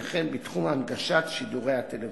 וכן בתחום הנגשת שידורי הטלוויזיה.